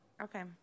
Okay